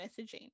messaging